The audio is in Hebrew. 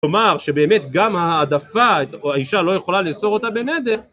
‫כלומר, שבאמת גם העדפה, ‫או האישה לא יכולה לאסור אותה בנדר.